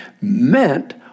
meant